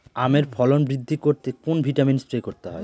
আমের ফলন বৃদ্ধি করতে কোন ভিটামিন স্প্রে করতে হয়?